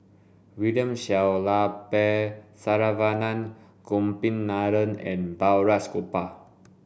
William Shellabear Saravanan Gopinathan and Balraj Gopal